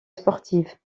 sportive